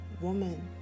woman